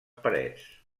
parets